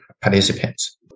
participants